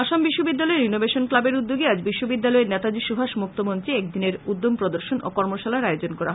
আসাম বিশ্ববিদ্যালয়ের ইনোভেশন ক্লাবের উদ্যোগে আজ বিশ্ববিদ্যালয়ের নেতাজী সুভাষ মুক্ত মঞ্চে একদিনের উদ্যোম প্রর্দশন ও কর্মশালার আয়োজন করা হয়